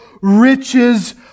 riches